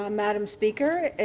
um madam speaker,